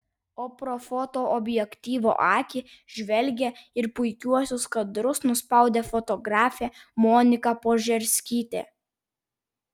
o pro fotoobjektyvo akį žvelgė ir puikiuosius kadrus nuspaudė fotografė monika požerskytė